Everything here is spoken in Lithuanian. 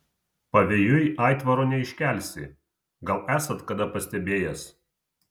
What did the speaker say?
pavėjui aitvaro neiškelsi gal esat kada pastebėjęs